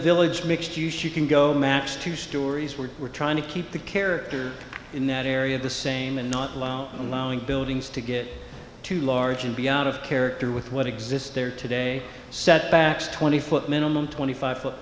village mixed use you can go match two stories we're trying to keep the character in that area the same and not allow allowing buildings to get too large and be out of character with what exists there today setbacks twenty foot minimum twenty five foot